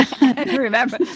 Remember